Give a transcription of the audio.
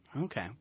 Okay